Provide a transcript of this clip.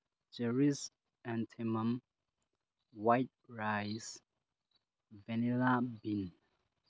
cherries anthem um white rice vanilla bean